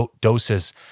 doses